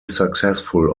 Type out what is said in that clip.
successful